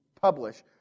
publish